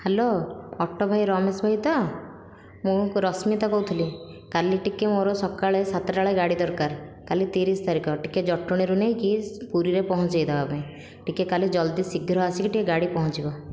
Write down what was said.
hello auto ଭାଇ ରମେଶ ଭାଇ ତ ମୁଁ ରଶ୍ମିତା କହୁଥିଲି କାଲି ଟିକେ ମୋର ସକାଳେ ସାତଟା ବେଳେ ଗାଡ଼ି ଦରକାର କାଲି ତିରିଶ ତାରିଖ ଟିକେ ଜଟଣିରୁ ନେଇକି ପୁରୀରେ ପହଁଞ୍ଚାଇ ଦେବା ପାଇଁ ଟିକେ କାଲି ଜଲ୍ଦି ଶୀଘ୍ର ଆସିକି ଟିକେ ଗାଡ଼ି ପହଁଞ୍ଚିବ